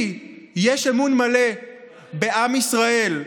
לי יש אמון מלא בעם ישראל,